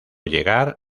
llegar